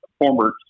former